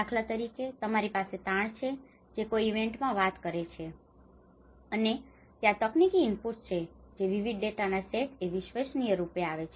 દાખલા તરીકે તમારી પાસે તાણ છે જે કોઈ ઇવેન્ટમાંથી વાત કરે છે અને ત્યાં તકનીકી ઇનપુટ્સ છે જે વિવિધ ડેટાના સેટ એ વિશ્વસનીય રૂપે આવે છે